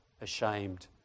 ashamed